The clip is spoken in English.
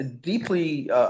deeply